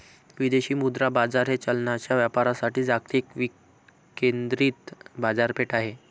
विदेशी मुद्रा बाजार हे चलनांच्या व्यापारासाठी जागतिक विकेंद्रित बाजारपेठ आहे